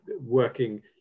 working